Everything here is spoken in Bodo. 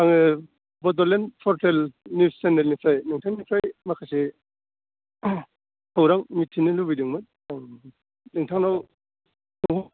आङो बड'लेण्ड पर्टेल निउज सेनेलनिफ्राय नोंथांनिफ्राय माखासे खौरां मिथिनो लुबैदोंमोन नोंथांनाव